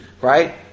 right